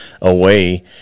away